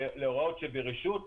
להוראות ברשות.